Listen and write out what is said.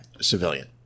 civilian